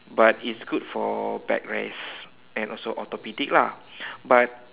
but it's good for back rest and also orthopedic lah but